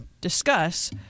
discuss